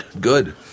Good